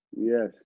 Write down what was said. Yes